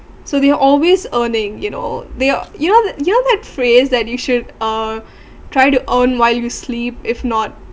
so they're always earning you know they you know th~ you know that phrase that you should uh try to earn while you sleep if not